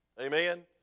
Amen